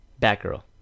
Batgirl